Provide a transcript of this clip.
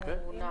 כן.